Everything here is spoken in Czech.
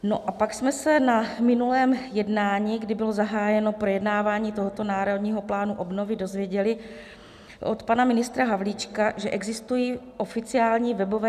No a pak jsme se na minulém jednání, kdy bylo zahájeno projednávání tohoto Národního plánu obnovy, dozvěděli od pana ministra Havlíčka, že existují oficiální webové stránky.